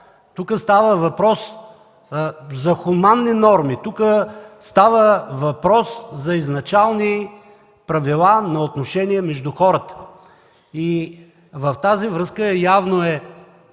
Тук става въпрос за хуманни норми. Тук става въпрос за изначални правила на отношения между хората. В тази връзка е явно,